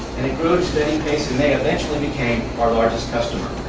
and it grew at a steady pace, and they eventually became our largest customer.